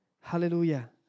Hallelujah